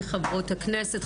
לחברות הכנסת,